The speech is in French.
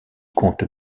compte